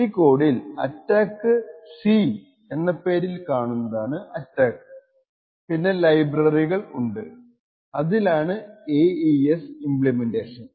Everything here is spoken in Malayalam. ഈ കോഡിൽ അറ്റാക്ക് C എന്ന പേരിൽ കാണുന്നതാണ് അറ്റാക്ക് പിന്നെ ലൈബ്രറി ഉണ്ട് അതിലാണ് AES ഇമ്പ്ലിമെൻറ്റേഷൻ